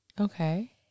Okay